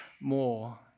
more